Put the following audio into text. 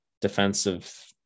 defensive